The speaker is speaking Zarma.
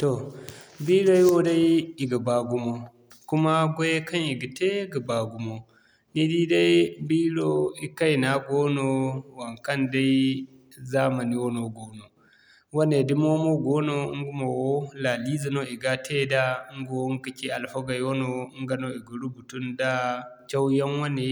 Toh biiray wo day i ga baa gumo. Kuma gwayay kaŋ i ga te i ga baa gumo. Ni di day biiro ikayna goono, waŋkaŋ day zaamani wano goono. Wane dumo mo goono, ɲga mo laali ize no i ga te da ɲga wo ɲga kaci alfagey wano ɲga no i ga rubutu nda, cawyaŋ wane